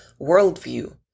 worldview